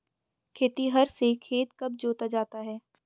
खेतिहर से खेत कब जोता जाता है?